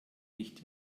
nicht